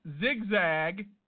Zigzag